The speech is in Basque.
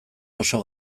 oso